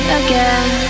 again